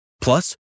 Plus